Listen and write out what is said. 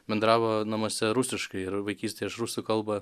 bendravo namuose rusiškai ir vaikystėj aš rusų kalbą